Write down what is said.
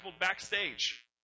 backstage